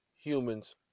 humans